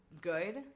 good